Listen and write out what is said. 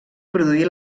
produir